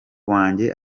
wanjye